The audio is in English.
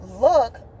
look